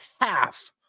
half